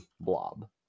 blob